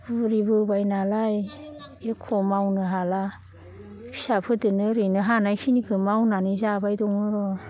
बुरिबोबाय नालाय एख' मावनो हाला फिसाफोरदोनो ओरैनो हानायखिनिखो मावनानै जाबाय दङ र'